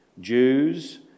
Jews